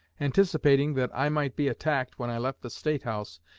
anticipating that i might be attacked when i left the state house,